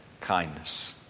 kindness